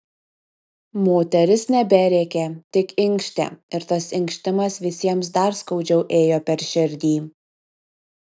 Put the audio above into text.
moteris neberėkė tik inkštė ir tas inkštimas visiems dar skaudžiau ėjo per širdį